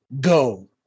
go